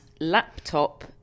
laptop